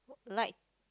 like